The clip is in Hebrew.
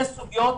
זה סוגיות